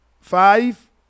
Five